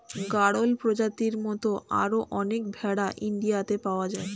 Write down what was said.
গাড়ল প্রজাতির মত আরো অনেক ভেড়া ইন্ডিয়াতে পাওয়া যায়